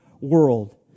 world